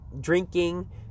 drinking